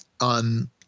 On